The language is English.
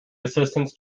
assistance